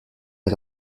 est